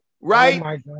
right